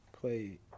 play